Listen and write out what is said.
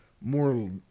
more